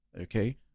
okay